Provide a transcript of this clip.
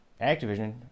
activision